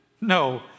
No